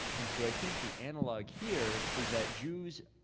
and so, i think the analog here is that jews,